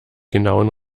genauen